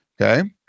Okay